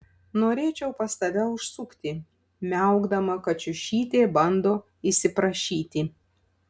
norėčiau pas tave užsukti miaukdama kačiušytė bando įsiprašyti